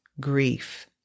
grief